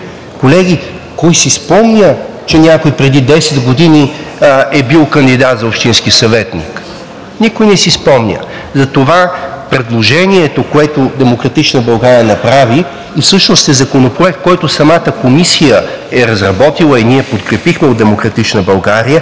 Колеги, кой си спомня, че някой преди 10 години е бил кандидат за общински съветник?! Никой не си спомня. Затова предложението, което „Демократична България“ направи, всъщност е Законопроект, който самата Комисия е разработила и ние подкрепихме от „Демократична България“,